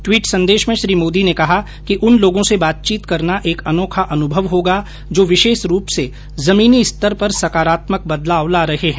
tweet संदेश में श्री मोदी ने कहा कि उन लोगों से बातचीत करना एक अनोखा अनुभव होगा जो विशेष रूप से जमीनी स्तर पर सकारात्मक बदलाव ला रहे हैं